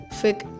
fake